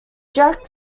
jack